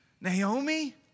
Naomi